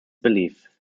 beliefs